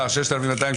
יש הצבעה על רוויזיה,